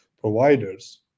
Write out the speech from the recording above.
providers